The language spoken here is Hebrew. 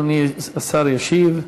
אדוני השר ישיב.